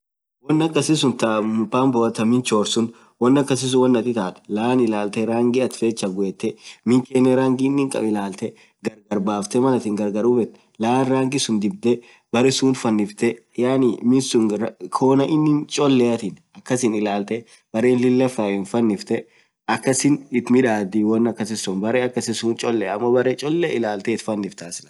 woan akasi suun ta mpamboa suun laan illaltee rangii cholee chaguetee mininee rangii ininn feed chagueetee, laan ilaltee malaat gargar hubeet konna cholea ilaaltee baree innin fai ilallte itfanisitaa.